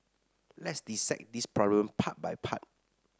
let's dissect this problem part by part